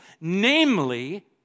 Namely